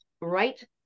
right